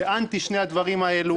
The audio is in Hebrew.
זה אנטי שני הדברים האלו.